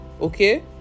okay